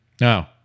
No